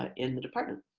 ah in the department.